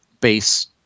base